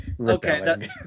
okay